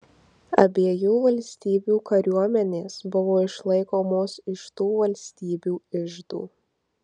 abiejų valstybių kariuomenės buvo išlaikomos iš tų valstybių iždų